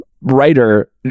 writer